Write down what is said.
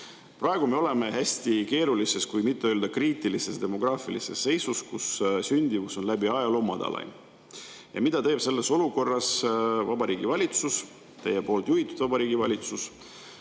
Praegu me oleme hästi keerulises, kui mitte öelda kriitilises demograafilises seisus, kus sündimus on ajaloo madalaim. Ja mida teeb selles olukorras Vabariigi Valitsus? Teie juhitud Vabariigi Valitsus